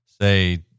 say